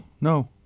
no